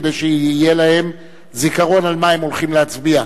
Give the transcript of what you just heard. כדי שיהיה להם זיכרון על מה הם הולכים להצביע.